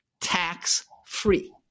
tax-free